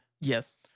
Yes